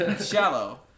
shallow